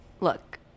Look